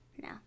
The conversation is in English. no